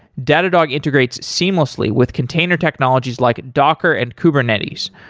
datadog integrates seamlessly with container technologies like docker and kubernetes,